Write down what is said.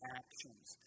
actions